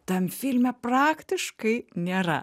tam filme praktiškai nėra